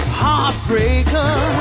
heartbreaker